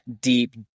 deep